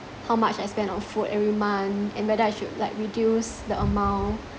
how much I spend on food every month and whether I should like reduce the amount